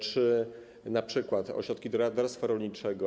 Czy będą np. ośrodki doradztwa rolniczego?